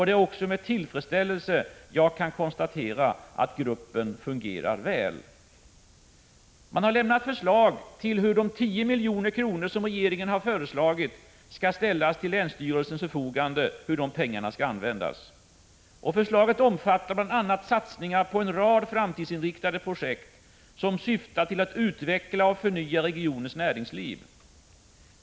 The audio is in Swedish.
Det är också med tillfredsställelse jag kan konstatera att gruppen fungerar väl. Man har lämnat förslag till hur de 10 milj.kr. skall användas som regeringen har föreslagit skall ställas till länsstyrelsens förfogande. Förslaget omfattar bl.a. satsningar på en rad framtidsinriktade projekt, som syftar till att utveckla och förnya regionens näringsliv.